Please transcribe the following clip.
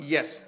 Yes